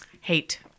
Hate